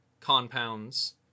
compounds